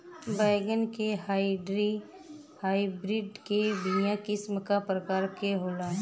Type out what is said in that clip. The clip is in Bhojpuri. बैगन के हाइब्रिड के बीया किस्म क प्रकार के होला?